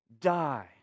die